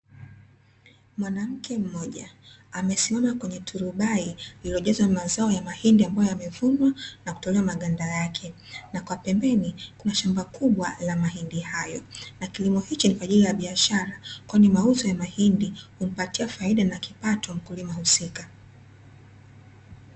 Mwanamke mmoja amesimama kwenye turubai lililojazwa mazao ya mahindi ambayo yamevunwa na kutolewa maganda yake, na kwa pembeni kuna shamba kubwa la mahindi hayo. Na kilimo hichi ni kwa ajili ya biashara kwani mauzo ya mahindi humpatia faida na kipato mkulima husika.